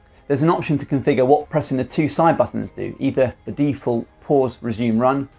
there's an option to configure what pressing the two side buttons do, either the default pause resume run,